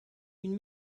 une